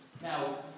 Now